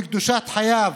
בקדושת חייו,